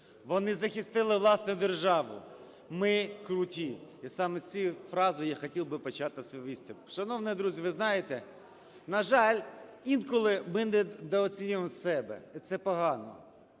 вони захистили власну державу. Ми – круті. І саме з цієї фрази я хотів би почати свій виступ. Шановні друзі, ви знаєте, на жаль, інколи ми недооцінюємо себе і це погано.